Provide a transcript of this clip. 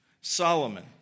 Solomon